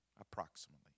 approximately